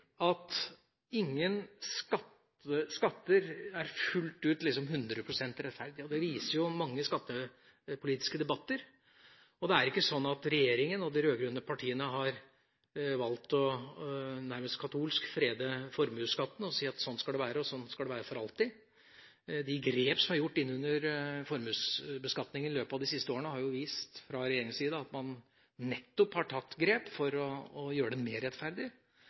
at ingen skatter er fullt ut – hundre prosent – rettferdige. Det viser jo mange skattepolitiske debatter. Det er ikke slik at regjeringa og de rød-grønne partiene, nærmest katolsk, har valgt å frede formuesskatten og si at slik skal det være for alltid. De grep som er gjort med formuesbeskatningen de siste årene fra regjeringas side, har jo vist at man nettopp har tatt grep for å gjøre den mer rettferdig